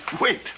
Wait